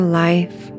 life